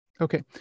Okay